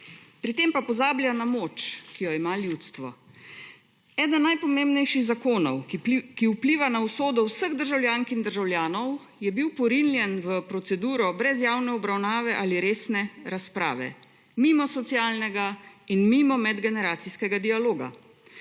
Pri tem pa pozablja na moč, ki jo ima ljudstvo. Eden najpomembnejših zakonov, ki vpliva na usodo vseh državljank in državljanov je bil porinjen v proceduro brez javne obravnave ali resne razprave, mimo socialnega in mimo medgeneracijskega dialoga.